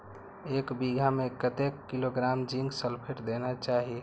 एक बिघा में कतेक किलोग्राम जिंक सल्फेट देना चाही?